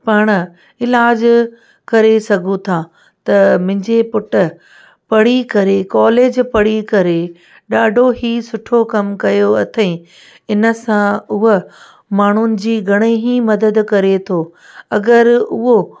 पाण इलाजु करे सघूं था त मुंहिंजे पुटु पढ़ी करे कॉलेज पढ़ी करे ॾाढो ई सुठो कमु कयो अथईं इनसां उहो माण्हुनि जी घणेई मदद करे थो अगरि उहो